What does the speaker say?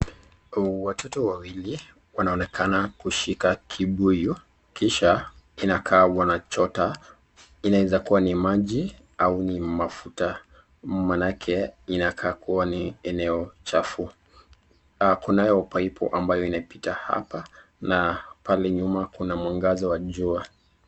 Watoto wawili wanonekana kushika kibuyu Kisha inakaa wanachota inaeza kuwa ni maji au mafuta manake inakaa kama eneo chafu kunayo paipu inayopiya hapa na na pale nyuma kuna mwangasa wa jua.